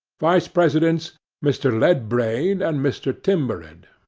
vice-presidents mr. ledbrain and mr. timbered.